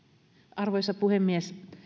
arvoisa puhemies